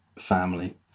family